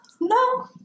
No